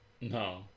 No